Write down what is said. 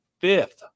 fifth